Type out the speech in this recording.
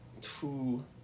two